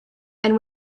and